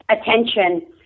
attention